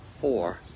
four